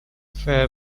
fare